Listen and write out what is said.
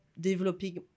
developing